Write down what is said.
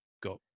got